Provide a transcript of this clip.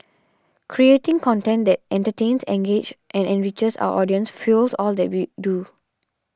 creating content that entertains engages and enriches our audiences fuels all that we do